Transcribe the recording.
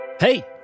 Hey